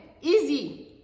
easy